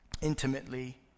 intimately